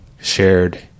shared